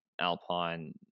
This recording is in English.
Alpine